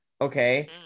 okay